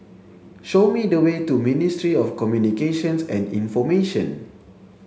show me the way to Ministry of Communications and Information